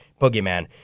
boogeyman